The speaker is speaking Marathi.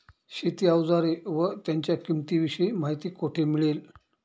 शेती औजारे व त्यांच्या किंमतीविषयी माहिती कोठे मिळेल?